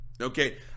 Okay